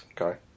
Okay